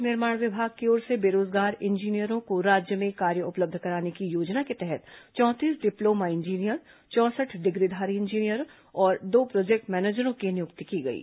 लोक निर्माण विभाग की ओर से बेरोजगार इंजीनियरों को राज्य में कार्य उपलब्ध कराने की योजना के तहत चौंतीस डिप्लोमा इंजीनियर चौंसठ डिग्रीधारी इंजीनियरों और दो प्रोजेक्ट मैनेजरों की नियुक्ति की गई है